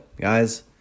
Guys